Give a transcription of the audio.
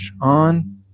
on